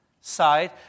side